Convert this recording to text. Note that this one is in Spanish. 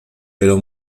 pero